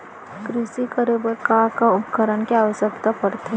कृषि करे बर का का उपकरण के आवश्यकता परथे?